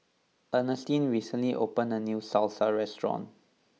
Earnestine recently opened a new Salsa restaurant